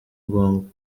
ngombwa